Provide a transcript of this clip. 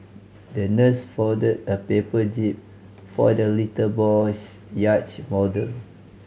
the nurse folded a paper jib for the little boy's yacht model